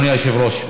אדוני היושב-ראש,